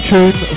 Tune